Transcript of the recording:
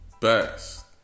best